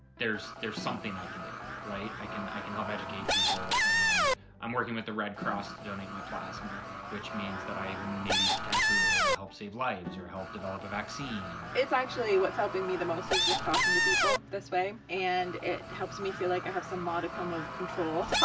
there's there's something i can do. right? i can i can help educate people and i'm working with the red cross to donate my plasma which means that i may be potentially able to help save lives or help develop a vaccine. it's actually what's helping me the most is just talking to people this way and it helps me feel like i have some modicum of control,